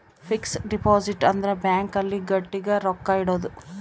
fix deposit ಅಂದ್ರ bank ಅಲ್ಲಿ ಗಟ್ಟಿಗ ರೊಕ್ಕ ಇಡೋದು